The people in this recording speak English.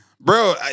Bro